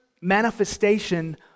manifestation